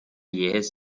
jähes